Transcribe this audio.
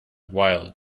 wild